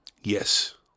Yes